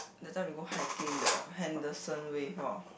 that time we go hiking the Henderson-Wave lor